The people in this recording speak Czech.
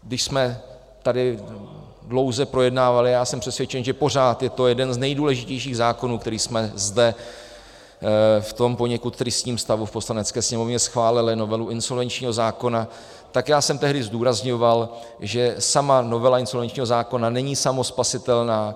Když jsme tady dlouze projednávali a já jsem přesvědčen, že pořád je to jeden z nejdůležitějších zákonů, který jsme zde v tom poněkud tristním stavu v Poslanecké sněmovně schválili novelu insolvenčního zákona, tak já jsem tehdy zdůrazňoval, že sama novela insolvenčního zákona není samospasitelná.